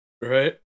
right